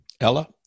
Ella